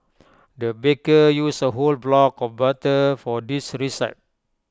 the baker used A whole block of butter for this recipe